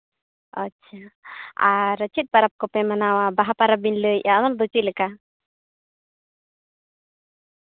ᱟᱪᱪᱷᱟ ᱟᱨ ᱪᱮᱫ ᱯᱟᱨᱟᱵᱽ ᱠᱚᱯᱮ ᱢᱟᱱᱟᱣᱟ ᱵᱟᱦᱟ ᱯᱟᱨᱟᱵᱽ ᱵᱤᱱ ᱞᱟᱹᱭᱮᱫᱼᱟ ᱚᱱᱟ ᱫᱚ ᱪᱮᱫᱞᱮᱠᱟ